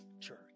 church